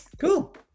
cool